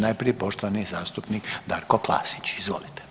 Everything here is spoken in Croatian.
Najprije poštovani zastupnik Darko Klasić, izvolite.